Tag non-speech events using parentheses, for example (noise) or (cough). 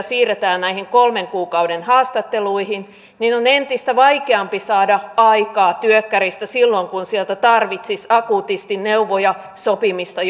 (unintelligible) siirretään näihin kolmen kuukauden haastatteluihin niin on entistä vaikeampi saada aikaa työkkäristä silloin kun sieltä tarvitsisi akuutisti neuvoja sopimista (unintelligible)